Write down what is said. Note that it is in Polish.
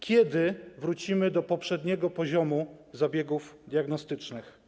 Kiedy wrócimy do poprzedniego poziomu zabiegów diagnostycznych?